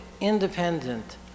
independent